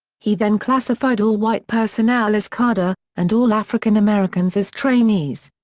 he then classified all white personnel as cadre, and all african americans as trainees.